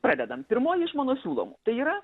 pradedam pirmoji iš mano siūlomų tai yra